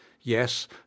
yes